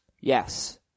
Yes